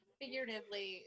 figuratively